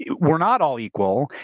yeah we're not all equal,